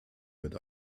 mit